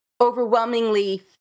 overwhelmingly